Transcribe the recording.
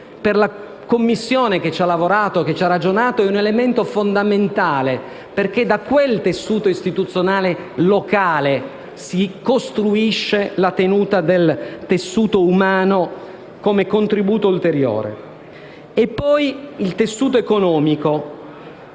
per la Commissione che ci ha lavorato e ragionato, è un elemento fondamentale perché a partire da quel tessuto istituzionale locale si costruisce la tenuta del tessuto umano come contributo ulteriore. Poi, per quanto